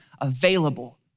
available